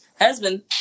husband